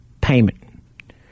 payment